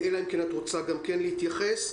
הן מוכרחות לחזור.